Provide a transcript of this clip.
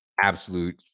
absolute